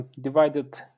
divided